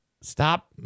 Stop